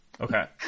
Okay